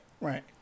Right